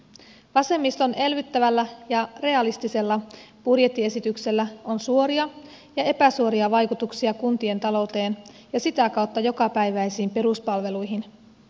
vasemmiston elvyttävällä ja realistisella budjettiesityksellä on suoria ja epäsuoria vaikutuksia kuntien talouteen ja sitä kautta jokapäiväisiin peruspalveluihin